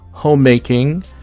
homemaking